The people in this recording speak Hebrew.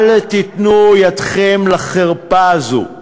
אל תיתנו ידכם לחרפה הזאת.